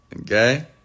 Okay